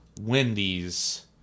Wendy's